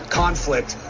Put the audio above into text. conflict